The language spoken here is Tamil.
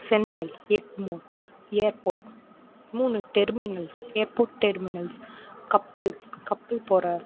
சென்ட்ரல் எக்மோர் ஏர்போர்ட் மூணு டெர்மினல்ஸ் ஏர்போட் டெர்மினல்ஸ் கப்பல் கப்பல் போகிற